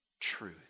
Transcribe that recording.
truth